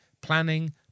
planning